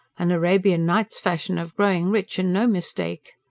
an arabian-nights fashion of growing rich, and no mistake!